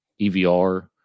EVR